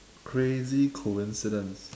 crazy coincidence